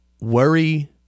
worry